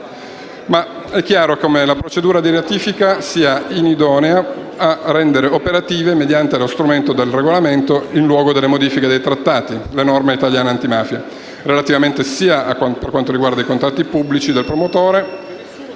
Ma è chiaro come la procedura di ratifica sia inidonea a rendere operative, mediante lo strumento del regolamento, in luogo della modifica dei trattati, le norme italiane antimafia relative sia ai contratti pubblici conclusi dal promotore